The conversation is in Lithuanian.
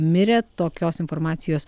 mirė tokios informacijos